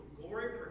glory